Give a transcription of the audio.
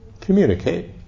communicate